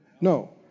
No